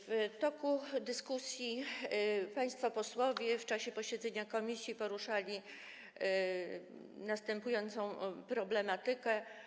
W toku dyskusji państwo posłowie w czasie posiedzenia komisji poruszali następującą problematykę.